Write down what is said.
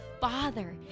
Father